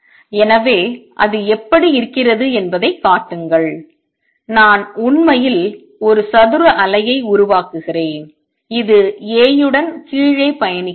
எனவே அது எப்படி இருக்கிறது என்பதைக் காட்டுங்கள் நான் உண்மையில் ஒரு சதுர அலையை உருவாக்குகிறேன் இது A உடன் கீழே பயணிக்கிறது